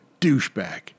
douchebag